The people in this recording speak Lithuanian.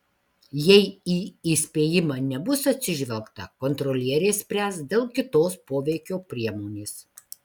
jei į įspėjimą nebus atsižvelgta kontrolierė spręs dėl kitos poveikio priemonės